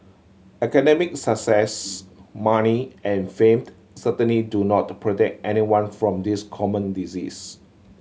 academic success money and famed certainly do not protect anyone from this common disease